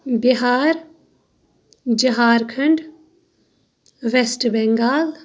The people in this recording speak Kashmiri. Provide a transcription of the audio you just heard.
بِہار جہارکھنٛڈ وٮ۪سٹ بٮ۪نگال